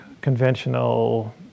conventional